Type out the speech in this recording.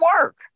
work